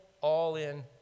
all-in